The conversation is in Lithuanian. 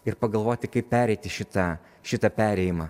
ir pagalvoti kaip pereiti šitą šitą perėjimą